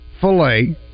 filet